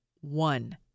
one